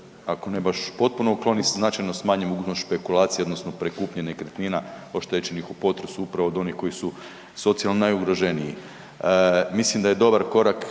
ako ne baš potpuno ukloni, značajno smanji mogućnost špekulacije odnosno pri kupnji nekretnina oštećenih u potresu upravo od onih koji su socijalno najugroženiji. Mislim da je dobar korak